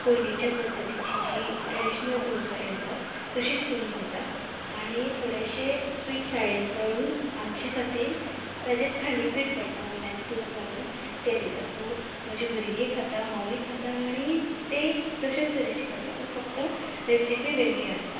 पयलीच्या पध्दतीची जी ट्रेडिशनल तवसळी आसा तशींच करून दिता आणी थोडेशें पीठ सायडीन काडून आमचे खातीर ताजेच थालीपीठ करता वयल्यान तूप घालून ते दिता सो म्हजी भुरगीय खातां हांवूय खातां आनी तेय तशेंत तरेचे खाता पूण फक्त रेसिपी वेगळी आसता